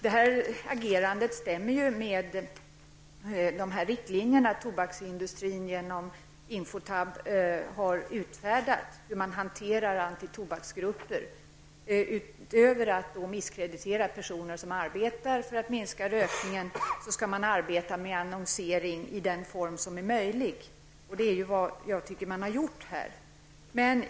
Det agerandet stämmer med de riktlinjer som tobaksindustrin genom Infotab har utfärdat om hur man hanterar antitobaksgrupper: Utöver att misskreditera personer som arbetar för att minska rökningen skall man arbeta med annonsering i den form som är möjlig. Det är vad man har gjort här, tycker jag.